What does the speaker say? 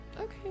Okay